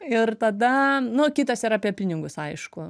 ir tada nu kitas yra apie pinigus aišku